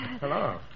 hello